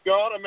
God